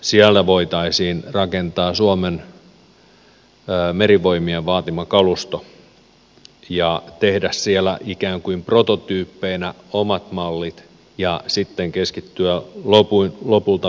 siellä voitaisiin rakentaa suomen merivoimien vaatima kalusto ja tehdä siellä ikään kuin prototyyppeinä omat mallit ja sitten keskittyä lopulta vientiin